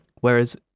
Whereas